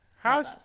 how's